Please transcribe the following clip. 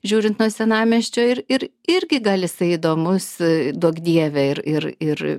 žiūrint nuo senamiesčio ir ir irgi gal jisai įdomus duok dieve ir ir ir